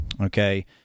okay